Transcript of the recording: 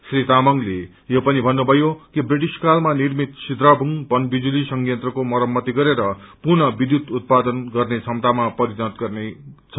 श्री तामाङले यो पनि भन्नुभयो कि वृटिशकालमा निर्मित सिद्राबुङ पन विजुली संयन्त्रको मरम्मति गरेर पुनः विध्युत उत्पादन गर्ने क्षमतामा परिणत गरिनेछ